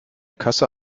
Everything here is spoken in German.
kasse